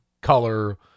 color